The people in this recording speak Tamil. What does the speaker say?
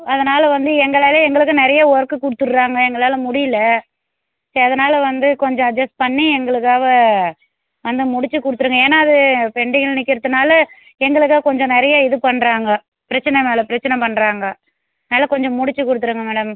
அதனால் வந்து எங்களால் எங்களுக்கு நிறைய ஒர்க் கொடுத்துட்றாங்க எங்களால் முடியலை சரி அதனால் வந்து கொஞ்சம் அட்ஜஸ்ட் பண்ணி எங்களுக்காக வந்து முடித்து கொடுத்துடுங்க ஏன்னால் அது பெண்டிங்கில் நிற்கறத்துனால எங்களுக்கே கொஞ்சம் நிறைய இது பண்ணுறாங்க பிரச்சினை மேலே பிரச்சினை பண்ணுறாங்க அதனால் கொஞ்சம் முடித்து கொடுத்துருங்க மேடம்